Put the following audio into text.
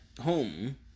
home